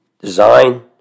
design